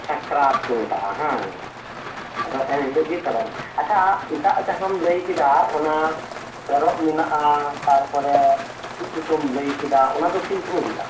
ᱥᱟᱠᱨᱟᱛᱠᱚ ᱢᱮᱛᱟᱜᱼᱟ ᱦᱮᱸ ᱵᱟᱝ ᱟᱫᱚ ᱮᱱᱦᱤᱞᱳᱜ ᱜᱮ ᱪᱟᱵᱟᱭᱮᱱᱟ ᱟᱪᱪᱷᱟ ᱮᱴᱟᱜ ᱡᱟᱦᱟᱸᱢ ᱞᱟᱹᱭ ᱠᱮᱫᱟ ᱚᱱᱟ ᱮᱨᱚᱜ ᱢᱮᱱᱟᱜᱼᱟ ᱛᱟᱨᱯᱚᱨᱮ ᱪᱮᱫ ᱠᱚᱪᱚᱢ ᱞᱟᱹᱭ ᱠᱮᱫᱟ ᱚᱱᱟᱫᱚ ᱛᱤᱥᱦᱩᱭᱩᱜᱼᱟ